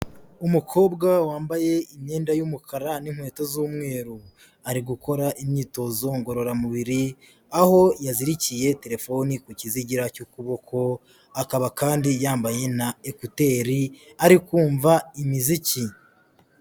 Umukobwa wambaye imyenda y'umukara n'inkweto z'umweru. Ari gukora imyitozo ngororamubiri aho yazirikiye telefoni ku kizigira cy'ukuboko akaba kandi yambaye na ekuteri ari kumva imiziki.